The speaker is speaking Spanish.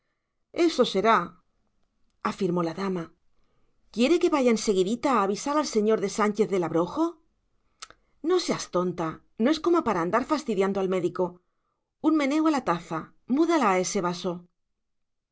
eso será afirmó la dama quiere que vaya enseguidita a avisar al señor de sánchez del abrojo no seas tonta no es cosa para andar fastidiando al médico un meneo a la taza múdala a ese vaso